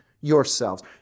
yourselves